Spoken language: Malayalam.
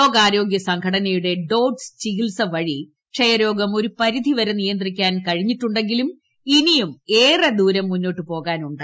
ലോകാരോഗ്യ സംഘടനയുടെ ഡോട്ട്സ് ചികിത്സ വഴി ക്ഷയരോഗം ഒരു പരിധിവരെ നിയന്ത്രിക്കാൻ കഴിഞ്ഞിട്ടുണ്ടെങ്കിലും ഇനിയും ഏറെദൂരം മുന്നോട്ടു പോകാൻ ഉണ്ട്